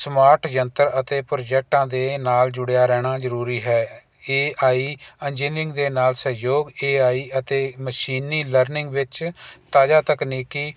smart ਯੰਤਰ ਅਤੇ ਪ੍ਰੋਜੈਕਟਾਂ ਦੇ ਨਾਲ ਜੁੜਿਆਂ ਰਹਿਣਾ ਜ਼ਰੂਰੀ ਹੈ ਏ ਆਈ ਇੰਜੀਨੀਅਰਿੰਗ ਦੇ ਨਾਲ ਸਹਿਯੋਗ ਏ ਆਈ ਅਤੇ ਮਸ਼ੀਨੀ ਲਰਨਿੰਗ ਵਿੱਚ ਤਾਜ਼ਾ ਤਕਨੀਕੀ